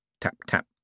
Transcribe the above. Tap-tap